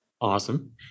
Awesome